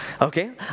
Okay